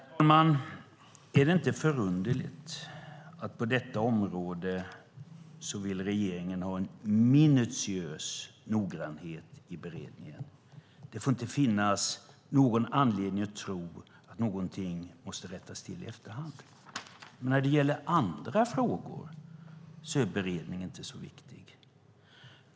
Herr talman! Är det inte förunderligt att på detta område vill regeringen ha en minutiös noggrannhet i beredningen. Det får inte finnas någon anledning att tro att någonting måste rättas till i efterhand. När det gäller andra frågor är beredningen inte så viktig.